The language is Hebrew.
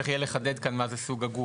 צריך יהיה לחדד כאן מה זה סוג הגוף.